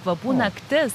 kvapų naktis